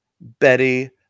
Betty